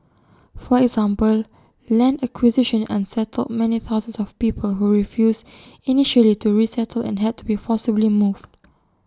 for example land acquisition unsettled many thousands of people who refused initially to resettle and had to be forcibly moved